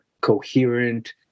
coherent